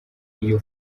iyo